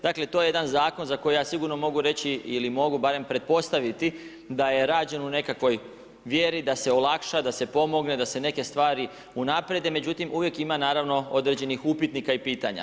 Dakle to je jedan zakon za koji ja sigurno mogu reći ili mogu barem pretpostaviti da je rađen u nekakvoj vjeri da se olakša, da se pomogne, da se neke stvari unaprijede, međutim uvijek ima naravno određenih upitnika i pitanja.